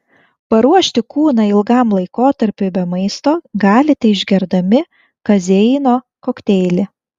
paruošti kūną ilgam laikotarpiui be maisto galite išgerdami kazeino kokteilį